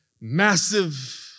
massive